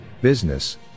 Business